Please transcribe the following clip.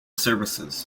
services